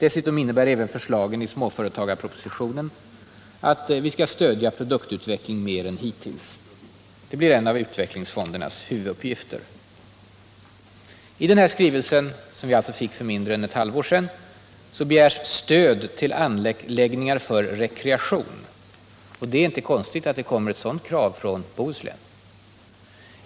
Dessutom innebär även förslaget i småföretagarpropositionen att vi skall stödja produktutvecklingen mer än hittills. Det blir en av utvecklingsfondernas huvuduppgifter. I skrivelsen, som vi alltså fick för mindre än ett halvår sedan, begärs stöd till anläggningar för rekreation. Det är inte konstigt att det kommer ett sådant krav från Bohuslän.